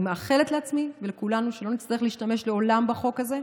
אני מאחלת לעצמי ולכולנו שלא נצטרך להשתמש לעולם בחוק הזה,